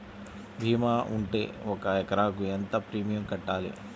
భీమా ఉంటే ఒక ఎకరాకు ఎంత ప్రీమియం కట్టాలి?